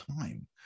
time